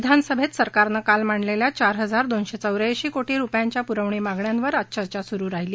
विधानसभेत सरकारनं काल मांडलेल्या चार हजार दोनशी चौ यांशी कोटी रुपयांच्या पुरवणी मागण्यांवर आज चर्चा सुरु राहिली